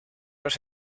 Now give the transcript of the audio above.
los